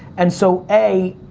and so, a,